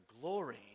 glory